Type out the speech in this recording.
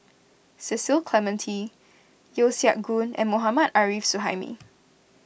Cecil Clementi Yeo Siak Goon and Mohammad Arif Suhaimi